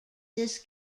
this